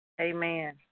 Amen